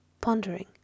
pondering